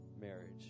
marriage